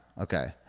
okay